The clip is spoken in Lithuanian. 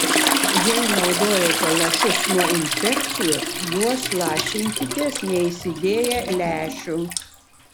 jei naudojate lašus nuo infekcijos juos lašinkitės neįsidėję lęšių